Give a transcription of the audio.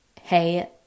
hey